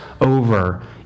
over